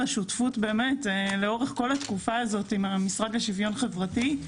השותפות לאורך כל התקופה הזו עם המשרד לשוויון חברתי,